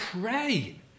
pray